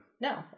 No